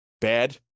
bad